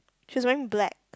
she's wearing black